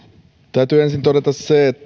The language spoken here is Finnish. täytyy ensin todeta